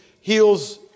heals